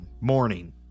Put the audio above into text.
morning